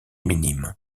minimes